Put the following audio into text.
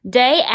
day